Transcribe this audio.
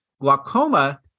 glaucoma